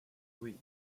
three